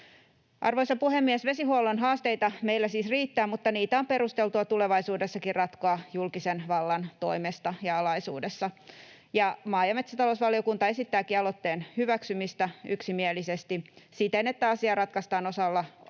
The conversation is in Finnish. Arvoisa puhemies! Vesihuollon haasteita meillä siis riittää, mutta niitä on perusteltua tulevaisuudessakin ratkoa julkisen vallan toimesta ja alaisuudessa. Maa- ja metsätalousvaliokunta esittääkin aloitteen hyväksymistä yksimielisesti siten, että asia ratkaistaan osana meneillään